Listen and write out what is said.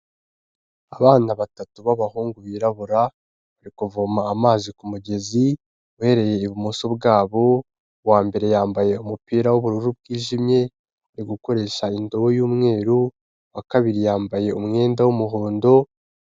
Abana batatu b'abahungu birarabura, bari kuvoma amazi ku mugezi, uhereye ibumoso bwabo uwambere yambaye umupira w'ubururu bwijimye, ari gukoresha indobo y'umweru, uwa kabiri yambaye umwenda w'umuhondo.